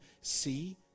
see